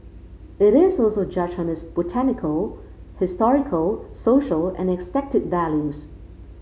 it is also judged on its botanical historical social and aesthetic values